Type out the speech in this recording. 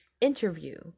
interview